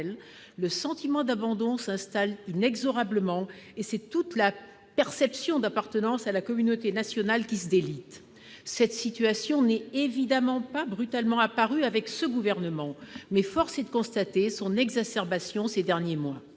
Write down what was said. le sentiment d'abandon s'installe inexorablement, et c'est toute la perception d'appartenance à la communauté nationale qui se délite. Cette situation n'est évidemment pas brutalement apparue avec ce gouvernement, mais force est de constater son exacerbation ces derniers mois.